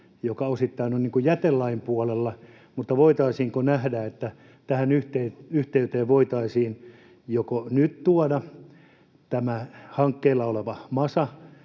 osittain on jätelain puolella, niin voitaisiinko nähdä, että tähän yhteyteen voitaisiin joko nyt tuoda tämä hankkeilla oleva MASA,